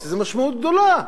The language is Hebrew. יש לזה משמעות גדולה,